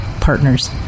partners